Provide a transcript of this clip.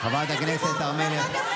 תודה, חברת הכנסת הר מלך.